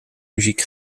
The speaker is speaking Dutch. muziek